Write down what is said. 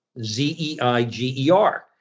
Z-E-I-G-E-R